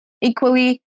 equally